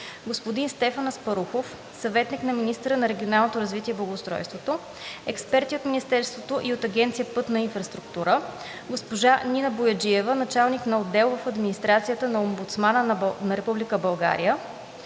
господин Стефан Аспарухов – съветник на министъра на регионалното развитие и благоустройството; експерти от Министерството; от Агенция „Пътна инфраструктура“: госпожа Нина Бояджиева – началник на отдел в администрацията на Омбудсмана на Република